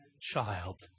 child